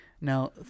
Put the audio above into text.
now